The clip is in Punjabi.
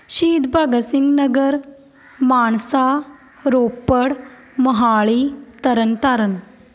ਸ਼ਹੀਦ ਭਗਤ ਸਿੰਘ ਨਗਰ ਮਾਨਸਾ ਰੋਪੜ ਮੋਹਾਲੀ ਤਰਨਤਾਰਨ